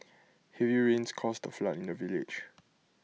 heavy rains caused A flood in the village